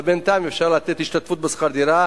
אבל בינתיים אפשר לתת השתתפות בשכר דירה,